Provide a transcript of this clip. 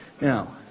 Now